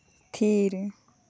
ᱛᱷᱤᱨ